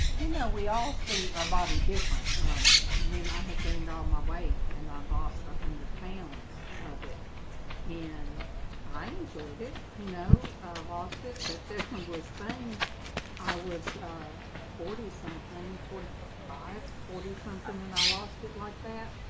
you know we all see our body different when i had gained all my weight and i lost a hundred pounds of it and i enjoyed it, you know lost that there kind of was things i was forty something forty five forty something and i lost it like that,